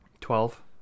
Twelve